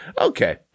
Okay